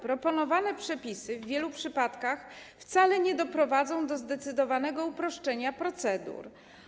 Proponowane przepisy w wielu przypadkach wcale nie doprowadzą do zdecydowanego uproszczenia procedur.